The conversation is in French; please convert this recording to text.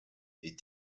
est